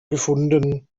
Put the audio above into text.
gefunden